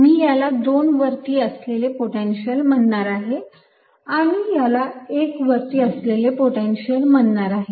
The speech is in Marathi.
मी याला 2 वरती असलेले पोटेन्शियल म्हणणार आहे आणि याला 1 वरील पोटेन्शिअल म्हणणार आहे